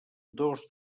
dos